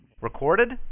recorded